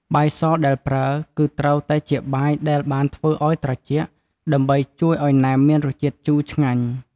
បាយសដែលប្រើ គឺត្រូវតែជាបាយដែលបានធ្វើឱ្យត្រជាក់ ដើម្បីជួយឱ្យណែមមានជាតិជូរឆ្ងាញ់។